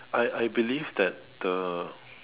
I I believe that the